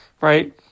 right